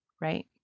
right